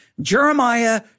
Jeremiah